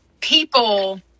people